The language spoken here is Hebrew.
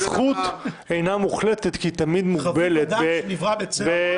הזכות אינה מוחלטת כי היא תמיד מוגבלת בסייגים -- חביב אדם שנברא בצלם.